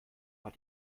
hat